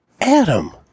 Adam